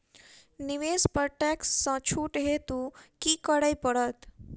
निवेश पर टैक्स सँ छुट हेतु की करै पड़त?